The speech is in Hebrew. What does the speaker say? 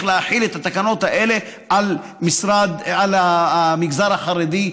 להחיל את התקנות האלה על המגזר החרדי,